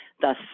thus